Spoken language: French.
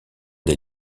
des